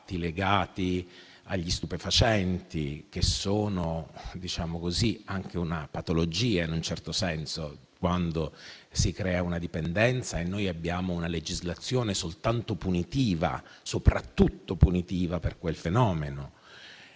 legati agli stupefacenti, che sono anche una patologia, in un certo senso, quando si crea una dipendenza, e noi abbiamo una legislazione soprattutto punitiva per quel fenomeno.